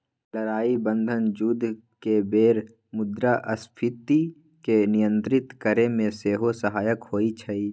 लड़ाइ बन्धन जुद्ध के बेर मुद्रास्फीति के नियंत्रित करेमे सेहो सहायक होइ छइ